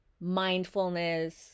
mindfulness